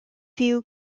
view